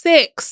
Six